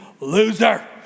loser